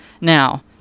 Now